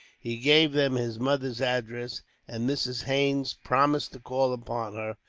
he gave them his mother's address and mrs. haines promised to call upon her,